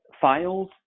files